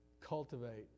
cultivate